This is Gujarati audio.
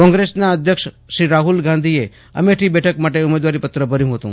કોંગ્રેસના અધ્યક્ષ રાહ઼લ ગાંધીએ અમેઠી બેઠક માટે ઉમેદવારીપત્ર ભર્યું હતું